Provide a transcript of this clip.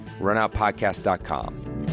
runoutpodcast.com